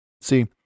See